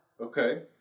Okay